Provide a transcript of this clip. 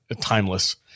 timeless